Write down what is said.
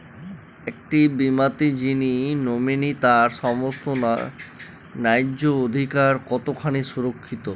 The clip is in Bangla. একটি বীমাতে যিনি নমিনি তার সমস্ত ন্যায্য অধিকার কতখানি সুরক্ষিত?